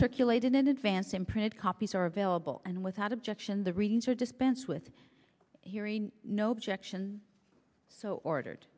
circulated in advance and printed copies are available and without objection the readings are dispensed with hearing no objection so ordered